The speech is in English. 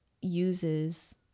uses